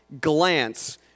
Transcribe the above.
glance